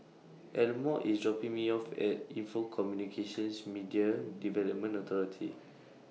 Elmore IS dropping Me off At Info Communications Media Development Authority